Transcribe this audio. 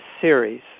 series